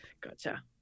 Gotcha